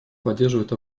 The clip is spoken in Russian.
поддерживает